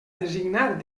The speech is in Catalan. designar